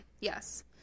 yes